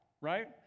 Right